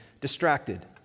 distracted